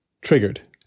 triggered